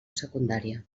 secundària